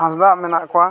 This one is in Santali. ᱦᱟᱸᱥᱫᱟ ᱢᱮᱱᱟᱜ ᱠᱚᱣᱟ